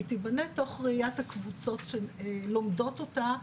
היא תיבנה תוך ראיית הקבוצות שלומדות אותה,